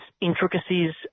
intricacies